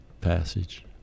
passage